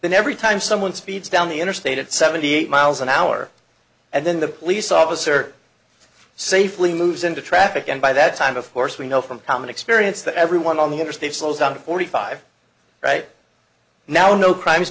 then every time someone speeds down the interstate at seventy eight miles an hour and then the police officer safely moves into traffic and by that time of course we know from common experience that everyone on the interstate slows down to forty five right now no crime